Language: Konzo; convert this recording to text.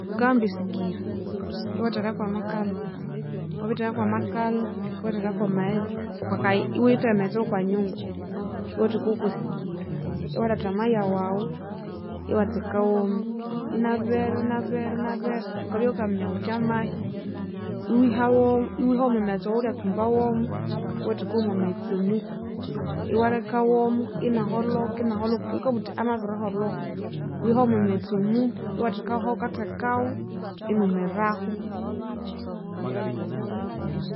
Wukahamba e sigiri iwatheka kwamakalha wabitheka kwamakalha iwatheka kwa amaghetse okwakayi iwutha amaghetse wokwakanyungu iwatheka wokwasigiri, iwalhetha amaya wawu iwatheka womo inabera, ibabera, inabera, wukabya wukaminya wuthi amahya, iwihawo iwiha womwa maghetse awawulyatsumba womo iwatheka womwamaghetse omuhu iwalheka womo inaholhoka, inaholhoka, wukabughuthi amabiriholhoka iwiha womwamaghetse omuhu iwathekawo ahawukathekawo, inumirahu